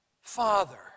Father